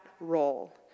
role